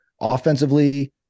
Offensively